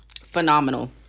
phenomenal